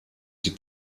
die